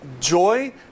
joy